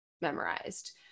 memorized